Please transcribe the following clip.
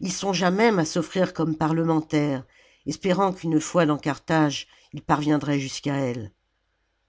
ii songea même à s'offrir comme parlementaire espérant qu'une fois dans carthage il parviendrait jusqu'à elle